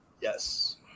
yes